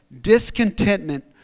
discontentment